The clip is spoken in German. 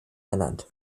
ernannt